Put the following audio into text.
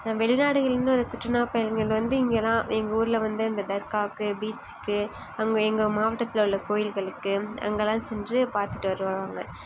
வெளி நாடுகளிலேருந்து வர சுற்றுலா பயணிகள் வந்து இங்கே தான் எங்க ஊரில் வந்து இந்த தர்காக்கு பீச்க்கு அங்கே எங்கள் மாவட்டத்தில் உள்ள கோயில்களுக்கு அங்கேலாம் சென்று பார்த்துட்டு வருவாங்க